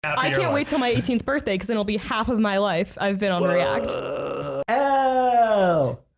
i don't wait till my eighteenth birthday because it'll be half of my life. i've been on react ah so